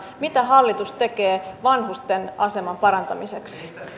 mitä hallitus tekee vanhusten aseman parantamiseksi